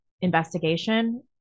investigation